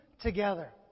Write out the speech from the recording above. together